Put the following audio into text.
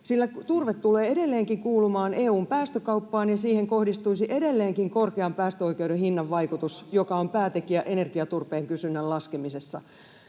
sillä turve tulee edelleenkin kuulumaan EU:n päästökauppaan ja siihen kohdistuisi edelleenkin korkean päästöoikeuden hinnan vaikutus, joka on päätekijä energiaturpeen kysynnän laskemisessa.